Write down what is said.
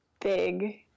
big